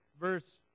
verse